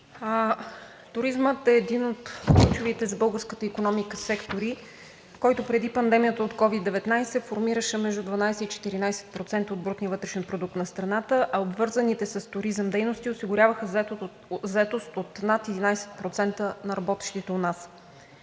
Туризмът е един от ключовите за българската икономика сектори, който преди пандемията от COVID-19 формираше между 12 и 14% от брутния вътрешен продукт на страната, а обвързаните с туризъм дейности осигуряваха заетост от над 11% на работещите у нас.